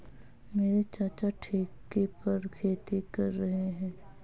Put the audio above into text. मेरे चाचा ठेके पर खेती कर रहे हैं